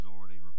already